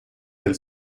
del